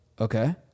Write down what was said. Okay